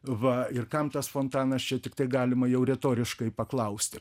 va ir kam tas fontanas čia tiktai galima jau retoriškai paklausti